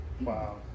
wow